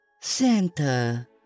Santa